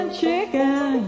chicken